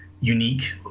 unique